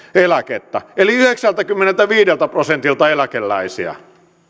eläkettä eli yhdeksältäkymmeneltäviideltä prosentilta eläkeläisistä